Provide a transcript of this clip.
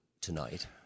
tonight